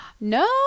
no